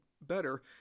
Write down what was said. better